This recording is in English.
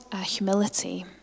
humility